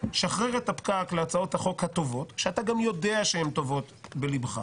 שחרר את הפקק להצעות החוק הטובות שאתה גם יודע שהן טובות בליבך